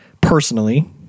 personally